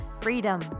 freedom